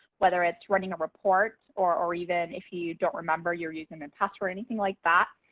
whether it's running a report or or even if you don't remember your username and password or anything like that.